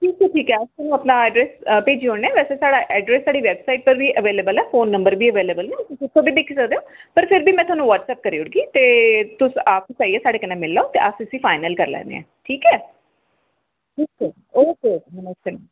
ठीक ऐ ठीक ऐ अस अपना अड्रैस भेजी ओड़ने आं बैसे साढा अड्रैस साढ़ी वेबसाइट पर बी अबेलवल ऐ फोन नंबर बी अबेलवल ऐ तुस उद्धरा बी दिक्खी सकदे ओ पर फिर बी में थोआनू बटसऐप करी ओड़गी ते तुस आफिस आइयै साढ़े कन्नै मिली लैओ ते अस उसी फाइनल करी लैन्ने आं ठीक ऐ ठीक ऐ ओके ओके नमस्ते नमस्ते